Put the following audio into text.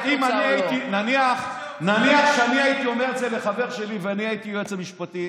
הרי נניח שאני הייתי אומר את זה לחבר שלי ואני הייתי היועץ המשפטי,